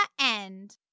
end